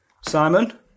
Simon